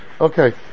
Okay